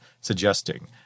suggesting